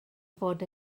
fod